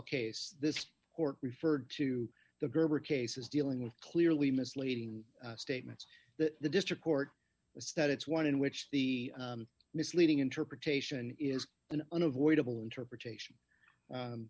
case this court referred to the gerber cases dealing with clearly misleading statements that the district court was that it's one in which the misleading interpretation is an unavoidable interpretation